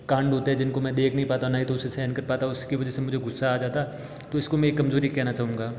काण्ड होते है जिनको मैं देख नहीं पाता न ही तो उसे सहन कर पाता हूँ उसकी वजह से मुझे गुस्सा आ जाता है तो उसको में एक कमजोरी कहना चाहूँगा